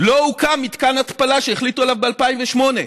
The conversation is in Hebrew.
לא הוקם מתקן התפלה שהחליטו עליו ב-2008.